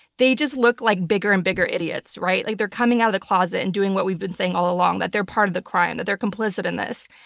they just look like bigger and bigger idiots. like they're coming out of the closet and doing what we've been saying all along, that they're part of the crime, that they're complicit in this.